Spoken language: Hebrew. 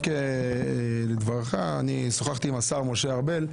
רק לדברך, שוחחתי עם השר משה ארבל,